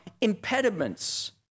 impediments